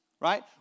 right